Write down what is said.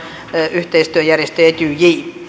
yhteistyöjärjestö etyj